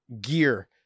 gear